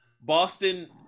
Boston